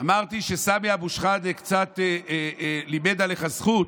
אמרתי שסמי אבו שחאדה קצת לימד עליך זכות,